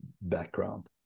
background